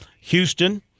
Houston